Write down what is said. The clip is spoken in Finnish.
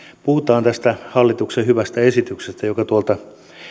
puhutaan tästä hallituksen hyvästä esityksestä joka tuolta